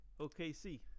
OKC